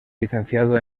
licenciado